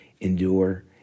endure